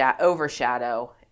overshadow